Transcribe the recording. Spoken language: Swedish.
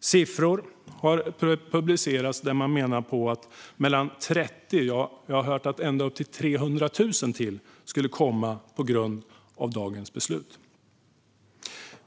Siffror har publicerats där man menar att mellan 30 000 och ända upp till 300 000 - det är en siffra jag har hört nämnas - fler människor skulle komma på grund av dagens beslut.